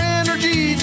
energy